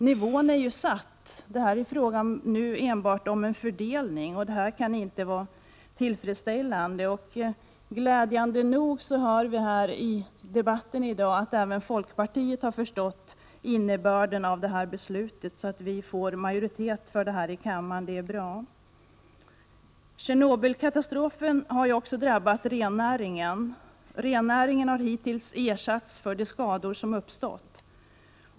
Nivån är ju satt, och det är nu enbart fråga om en fördelning. Det kan inte vara tillfredsställande. Glädjande nog hör jag här i debatten i dag att även folkpartiet har förstått innebörden av detta beslut, så att vi får majoritet i kammaren — det är bra. Tjernobylkatastrofen har drabbat också rennäringen. Hittills har rennäringen ersatts för de skador som har uppstått.